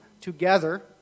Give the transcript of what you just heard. together